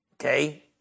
okay